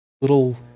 little